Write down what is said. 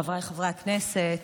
חבריי חברי הכנסת,